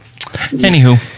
Anywho